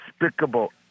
despicable